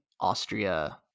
Austria